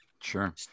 Sure